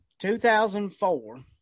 2004